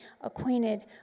acquainted